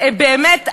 באמת,